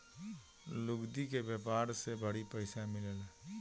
लुगदी के व्यापार से बड़ी पइसा मिलेला